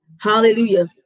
Hallelujah